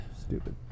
stupid